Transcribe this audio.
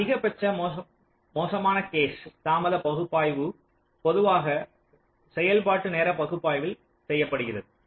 இந்த அதிகபட்ச மோசமான கேஸ் தாமத பகுப்பாய்வு பொதுவாக செயல்பாட்டு நேர பகுப்பாய்வில் செய்யப்படுகிறது